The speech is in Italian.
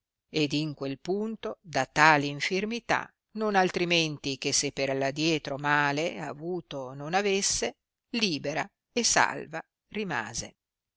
ed in quel punto da tal infirmità non altrimenti che se per l adietro male avuto non avesse libera e salva rimase